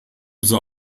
sei